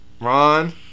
Ron